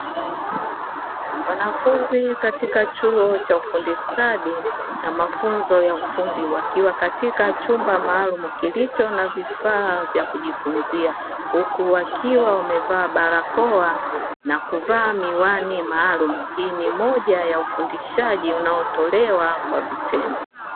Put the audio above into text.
Wanafunzi katika chuo cha ufundi stadi na mafunzo ya ufundi, wakiwa katika chumba maalumu kilicho na vifaa vya kujifunzia, huku wakiwa wamevaa barakoa na kuvaa miwani maalumu, hii moja ya ufundishaji unaotolewa kwa vitendo.